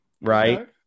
Right